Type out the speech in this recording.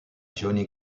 johnny